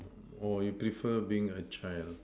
or you prefer being a child